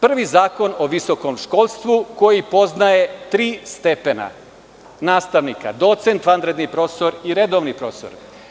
Prvi je Zakon o visokom školstvu, koji poznaje tri stepena: nastavnik docent, vanredni profesor i redovni profesor.